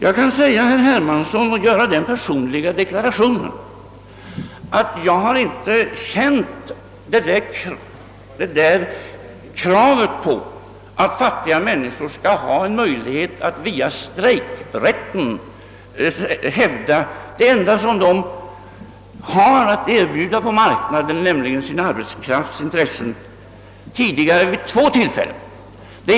Jag vill göra den personliga deklarationen, att jag har känt detta krav på att fattiga människor skall ha en möjlighet att via strejkrätten hävda det enda de har att erbjuda på marknaden, nämligen sin arbetskraft, särskilt starkt vid två tillfällen tidigare.